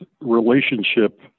relationship